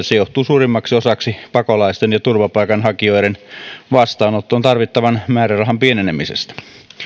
se johtuu suurimmaksi osaksi pakolaisten ja turvapaikanhakijoiden vastaanottoon tarvittavan määrärahan pienenemisestä